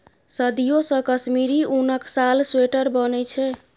सदियों सँ कश्मीरी उनक साल, स्वेटर बनै छै